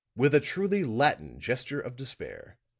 with a truly latin gesture of despair,